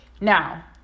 Now